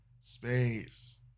space